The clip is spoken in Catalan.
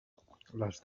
les